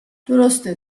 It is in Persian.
درسته